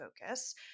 focus